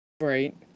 Right